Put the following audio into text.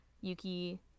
yuki